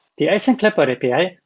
the async clipboard api,